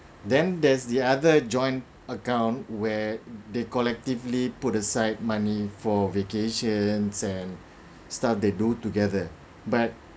then there's the other joint account where they collectively put aside money for vacations and stuff they do together but